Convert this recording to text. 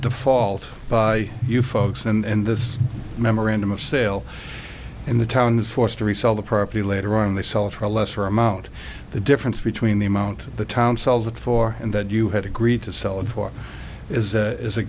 default by you folks and this memorandum of sale in the town is forced to resell the property later on they sell for a lesser amount the difference between the amount the town sells it for and that you had agreed to sell it for is as a